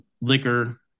liquor